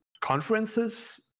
conferences